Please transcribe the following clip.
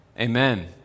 Amen